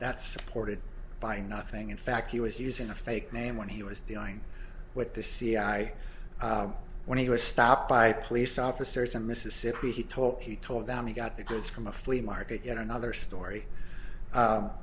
that supported by nothing in fact he was using a fake name when he was dealing with the c i when he was stopped by police officers in mississippi he told he told them he got the goods from a flea market in another story